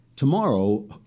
Tomorrow